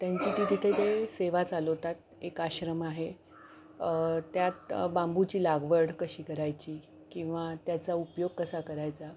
त्यांची ती तिथे जे सेवा चालवतात एक आश्रम आहे त्यात बांबूची लागवड कशी करायची किंवा त्याचा उपयोग कसा करायचा